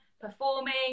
performing